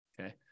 okay